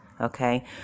Okay